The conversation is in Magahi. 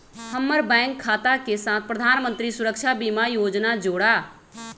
हम्मर बैंक खाता के साथ प्रधानमंत्री सुरक्षा बीमा योजना जोड़ा